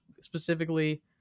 specifically